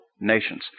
nations